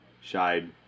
shied